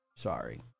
sorry